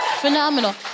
Phenomenal